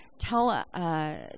Tell